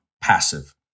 passive